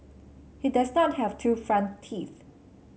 he does not have two front teeth